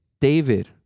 David